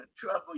trouble